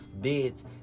bids